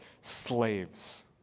slaves